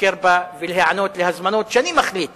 לבקר בה, ולהיענות להזמנות שאני מחליט